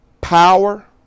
power